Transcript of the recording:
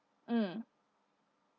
mm